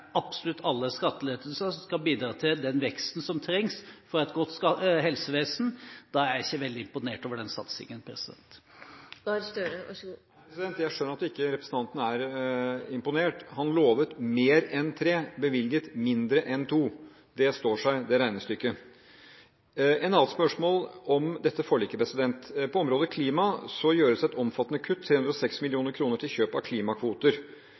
absolutt alle skattelettelser som skal bidra til den veksten som trengs for et godt helsevesen, er jeg ikke så veldig imponert over den satsingen. Jeg skjønner at representanten Helleland ikke er imponert. Han lovte mer enn 3 mrd. kr, bevilget mindre enn 2 mrd. kr – det regnestykket står. Så til et annet spørsmål om dette forliket. På klimaområdet gjøres et omfattende kutt – 306 mill. kr til kjøp av klimakvoter